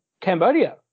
Cambodia